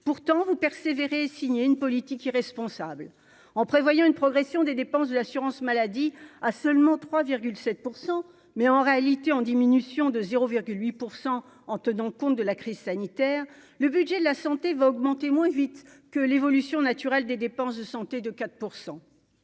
pourtant vous persévérez signé une politique irresponsable en prévoyant une progression des dépenses de l'assurance maladie à seulement 3 7 % mais en réalité, en diminution de 0,8 % en tenant compte de la crise sanitaire, le budget de la santé va augmenter moins vite que l'évolution naturelle des dépenses de santé, de 4